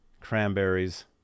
cranberries